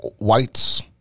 Whites